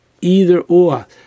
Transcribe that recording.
either-or